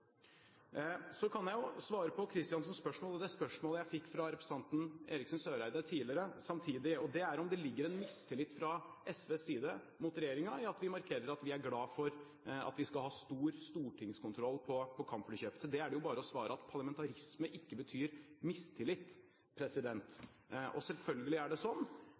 Så kan jeg svare på Kristiansens spørsmål og det spørsmålet jeg fikk fra representanten Eriksen Søreide tidligere samtidig. Det er om det ligger en mistillit fra SVs side mot regjeringen i at vi markerer at vi er glad for at vi skal ha stor stortingskontroll på kampflykjøpet. Til det er det bare å svare at parlamentarisme ikke betyr mistillit. Selvfølgelig er det